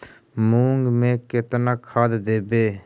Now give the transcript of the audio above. मुंग में केतना खाद देवे?